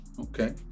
Okay